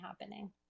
happening